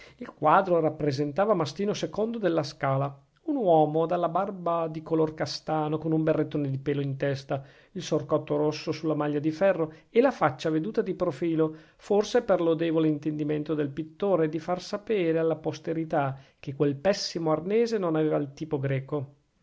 il quadro rappresentava mastino ii della scala un uomo dalla barba di color castano con un berrettone di pelo in testa il sorcotto rosso sulla maglia di ferro e la faccia veduta di profilo forse per lodevole intendimento del pittore di far sapere alla posterità che quel pessimo arnese non aveva il tipo greco